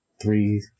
three